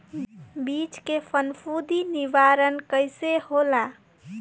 बीज के फफूंदी निवारण कईसे होला?